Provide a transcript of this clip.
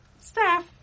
staff